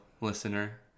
listener